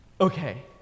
Okay